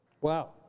Wow